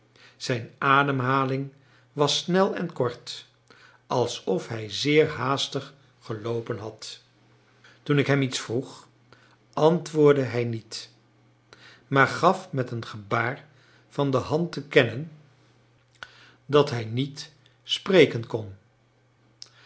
zijn ademhaling was snel en kort alsof hij zeer haastig geloopen had toen ik hem iets vroeg antwoordde hij niet maar gaf met een gebaar van de hand te kennen dat hij niet spreken kon